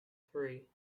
three